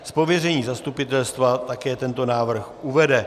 Z pověření zastupitelstva také tento návrh uvede.